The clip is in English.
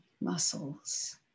muscles